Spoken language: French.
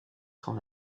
sont